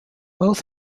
both